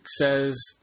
says